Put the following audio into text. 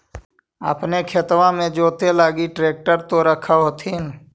अपने खेतबा मे जोते लगी ट्रेक्टर तो रख होथिन?